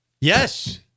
Yes